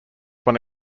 one